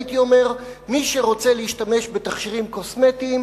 הייתי אומר שמי שרוצה להשתמש בתכשירים קוסמטיים,